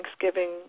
Thanksgiving